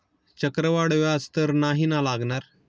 चक्रवाढ व्याज तर नाही ना लागणार?